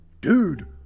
Dude